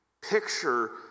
picture